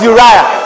Uriah